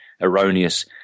erroneous